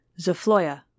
Zafloia